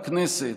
בכנסת,